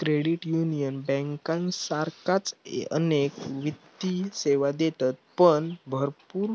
credit union बँकांसारखाच अनेक वित्तीय सेवा देतत पण भरपूर